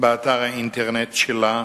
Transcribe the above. באתר האינטרנט שלה,